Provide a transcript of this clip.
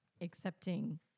accepting